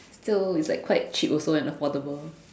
so it's like quite cheap also and affordable